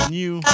new